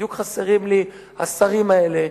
בדיוק חסרים לי השרים האלה,